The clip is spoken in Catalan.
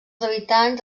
habitants